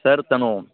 sir తను